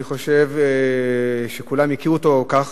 אני חושב שכולם הכירו אותו כך,